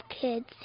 kids